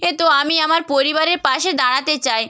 এ তো আমি আমার পরিবারের পাশে দাঁড়াতে চাই